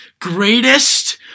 greatest